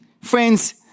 friends